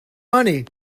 money